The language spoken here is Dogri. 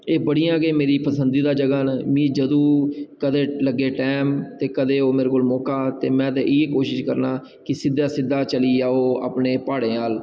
एह् बड़ियां गै मेरी पसंदिदा जगहां न मी जदूं कदें लग्गै टैम ते कदें ओह् मेरे कोल में ते इ'यै कोशिश करना कि इसी सिद्धा चली जाओ अपने प्हाड़ें बल